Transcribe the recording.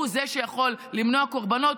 והוא זה שיכול למנוע קורבנות,